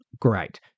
great